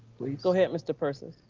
please. go ahead. mr. persis.